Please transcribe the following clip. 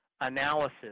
analysis